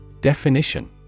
Definition